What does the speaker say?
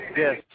yes